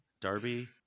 Darby